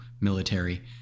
military